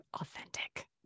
authentic